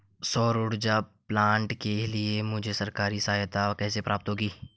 सौर ऊर्जा प्लांट के लिए मुझे सरकारी सहायता कैसे प्राप्त होगी?